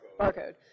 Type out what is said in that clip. Barcode